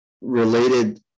related